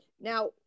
Now